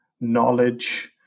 knowledge